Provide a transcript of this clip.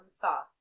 soft